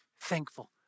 thankful